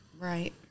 Right